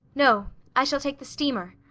no. i shall take the steamer.